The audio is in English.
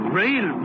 rail